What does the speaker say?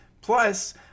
Plus